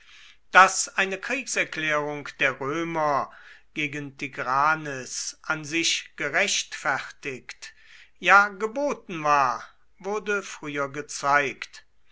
daß eine kriegserklärung der römer gegen tigranes an sich gerechtfertigt ja geboten war wurde früher gezeigt